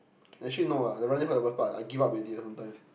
actually no ah they are running for the Bird Park I give up already ah sometimes